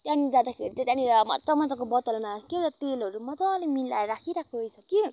त्यहाँनिर जाँदाखेरि चाहिँ त्यहाँनिर मज्जा मज्जाको बोतलमा क्या त तेलहरू मज्जाले मिलाएर राखिराखेको रहेछ कि